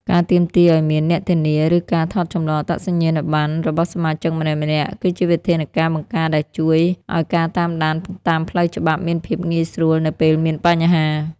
ការទាមទារឱ្យមាន "អ្នកធានា" ឬការថតចម្លងអត្តសញ្ញាណប័ណ្ណរបស់សមាជិកម្នាក់ៗ គឺជាវិធានការបង្ការដែលជួយឱ្យការតាមដានតាមផ្លូវច្បាប់មានភាពងាយស្រួលនៅពេលមានបញ្ហា។